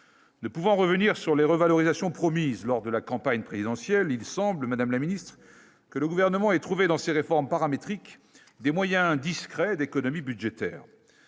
Ne pouvant revenir sur les revalorisations promises lors de la campagne présidentielle, il semble, Madame la Ministre, que le gouvernement est trouvé dans ces réforme paramétrique des moyens discrets d'économies budgétaires,